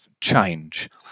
change